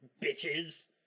Bitches